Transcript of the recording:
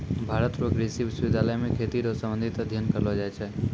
भारत रो कृषि विश्वबिद्यालय मे खेती रो संबंधित अध्ययन करलो जाय छै